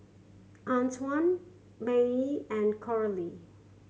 Antwan Mattye and Coralie